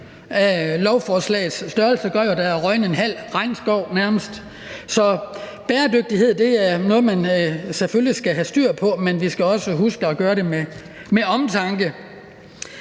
lovforslagets størrelse gør, at der nærmest er røget en halv regnskov. Bæredygtighed er noget, man selvfølgelig skal have styr på, men vi skal også huske at gøre det med omtanke.